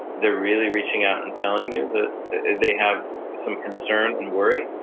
they're really reaching out and telling you that they have some concern and worry,